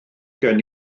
gen